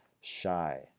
shy